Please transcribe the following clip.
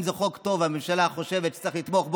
אם זה חוק טוב והממשלה חושבת שצריך לתמוך בו,